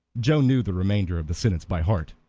joe knew the remainder of the sentence by heart.